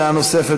דעה נוספת,